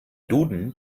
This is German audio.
duden